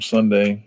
Sunday